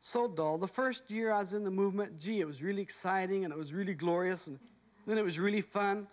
so dull the first year i was in the movement gee it was really exciting and it was really glorious and then it was really fun